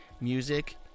music